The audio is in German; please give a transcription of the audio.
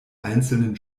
einzelnen